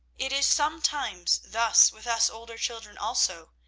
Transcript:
it is sometimes thus with us older children also,